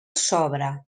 sobra